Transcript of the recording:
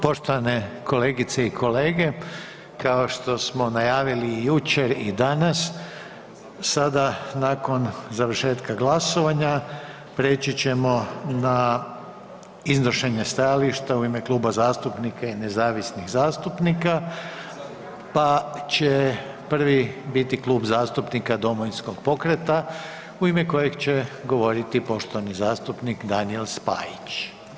Poštovane kolegice i kolege, kao što smo najavili i jučer i danas, sada nakon završetka glasovanja preći ćemo na iznošenje stajališta u ime kluba zastupnika i nezavisnih zastupnika, pa će prvi biti Klub zastupnika Domovinskog pokreta u ime kojeg će govoriti poštovani zastupnik Daniel Spajić.